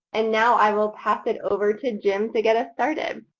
and now i will pass it over to jim to get us started.